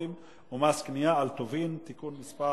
והפטורים ומס קנייה על טובין (תיקון מס'